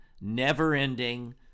never-ending